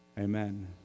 amen